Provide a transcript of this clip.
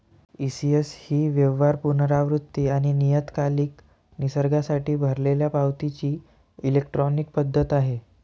ECS ही व्यवहार, पुनरावृत्ती आणि नियतकालिक निसर्गासाठी भरलेल्या पावतीची इलेक्ट्रॉनिक पद्धत आहे